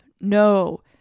No